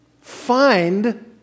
find